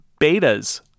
betas